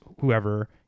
whoever